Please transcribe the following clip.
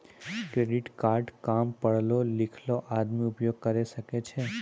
Credit card काम पढलो लिखलो आदमी उपयोग करे सकय छै?